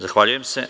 Zahvaljujem se.